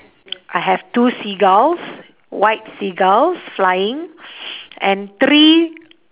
I have two seagulls white seagulls flying and three